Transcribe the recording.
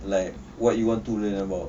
like what you want to learn about